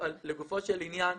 אבל לגופו של עניין,